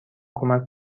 کمک